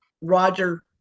Roger